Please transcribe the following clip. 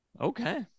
Okay